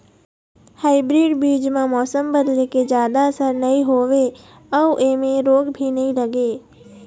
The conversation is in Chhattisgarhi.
हाइब्रीड बीज म मौसम बदले के जादा असर नई होवे अऊ ऐमें रोग भी नई लगे